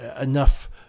enough